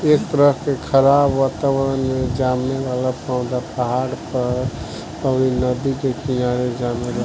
ए तरह के खराब वातावरण में जामे वाला पौधा पहाड़ पर, अउरी नदी के किनारे जामेला